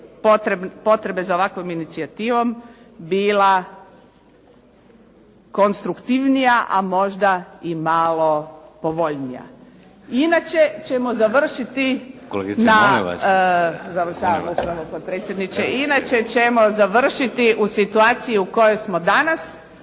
potrebe za ovakvom inicijativom bila konstruktivnija, a možda i malo povoljnija. Inače ćemo završiti. **Šeks, Vladimir